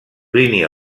plini